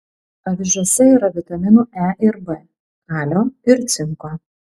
avižose yra vitaminų e ir b kalio ir cinko